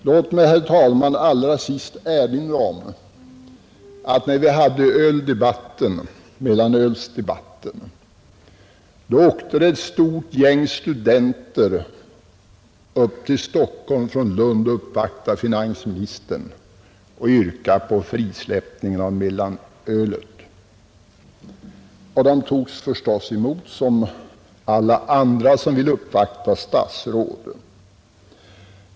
Låt mig, herr talman, allra sist erinra om att när debatten om mellanölets införande pågick en skara studenter reste från Lund till Stockholm för att uppvakta finansministern och yrka på frisläppande av mellanölet. De togs naturligtvis emot liksom alla andra som vill uppvakta statsråd.